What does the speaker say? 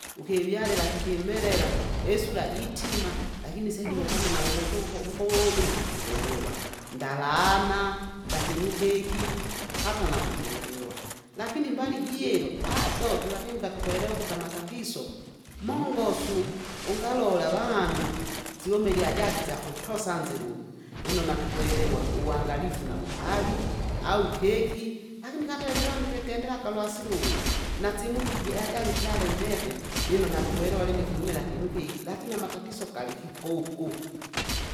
Ukivyalila kikimelela, isura jitima, lakini iseju uwukame nawukutuku wukuwuwumile natukwelewa, ndalana ndakinu keki? hata natukwerewa. Lakini mbali jiro, bado twivakinga tukwelewa ukuti amatatiso, mongosu, ungalola avanu, siume iliajari syakutosa nzirumwa, lino natukwerewa uwangalifu navupali, au keki. Lakini katali twivanu twikendera akalwasilunde, nasimutu kujie ajari tsyale ndebe, lino natukwelewa lini ikyumila kinu kiki, lakini amatatiso galikikuku.